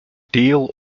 deal